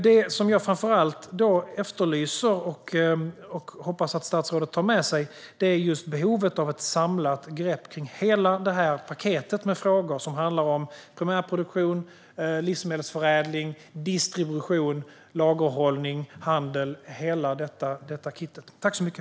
Det jag framför allt efterlyser och hoppas att statsrådet tar med sig är behovet av ett samlat grepp om hela paketet med frågor som handlar om primärproduktion, livsmedelsförädling, distribution, lagerhållning, handel, det vill säga hela kittet.